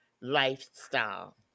lifestyle